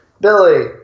Billy